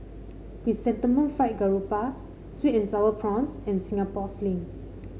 Chrysanthemum Fried Garoupa sweet and sour prawns and Singapore Sling